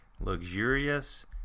luxurious